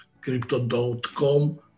Crypto.com